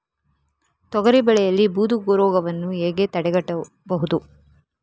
ತೊಗರಿ ಬೆಳೆಯಲ್ಲಿ ಬೂದು ರೋಗವನ್ನು ಹೇಗೆ ತಡೆಗಟ್ಟಬಹುದು?